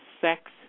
sex